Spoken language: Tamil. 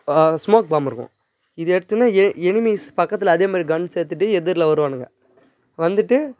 ஸ்மோக் பாம் இருக்கும் இதை எடுத்துன்னு எ எனிமீஸ் பக்கத்தில் அதேமாதிரி கன்ஸ் எடுத்துகிட்டு எதிருல வருவானுங்க வந்துட்டு